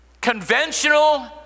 Conventional